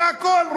זה הכול.